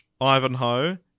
Ivanhoe